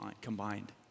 combined